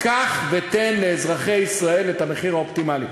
קח ותן לאזרחי ישראל את המחיר האופטימלי.